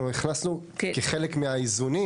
אנחנו לא כותבים דבר כזה בחקיקה,